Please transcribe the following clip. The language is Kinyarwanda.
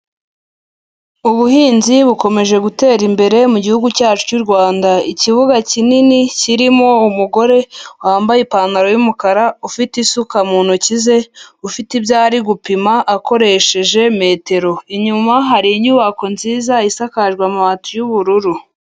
Ubuhinzi bukomeje gutera imbere mu gihugu cyacu cy'u Rwanda. Ikibuga kinini kirimo umugore, wambaye ipantaro yumukara ufite isuka mu ntoki ze, ufite ibyo ari gupima akoresheje metero. Inyuma hari inyubako nziza. Isakajwe amabati yuubururu.